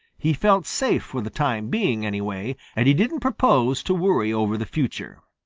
he felt safe for the time being, anyway, and he didn't propose to worry over the future.